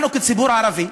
אנחנו כציבור הערבי,